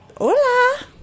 Hola